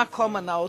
המקום הנאות,